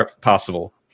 possible